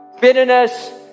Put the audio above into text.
bitterness